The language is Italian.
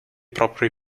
propri